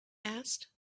asked